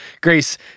Grace